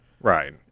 Right